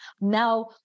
now